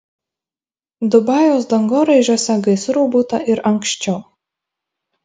dubajaus dangoraižiuose gaisrų būta ir anksčiau